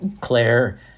Claire